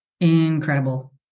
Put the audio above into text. incredible